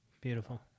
Beautiful